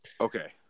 Okay